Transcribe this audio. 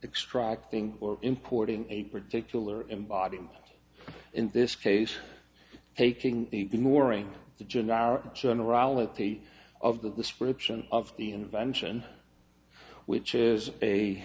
extracting or importing a particular in body in this case taking the moring the generic generality of the description of the invention which is a